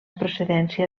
procedència